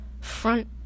front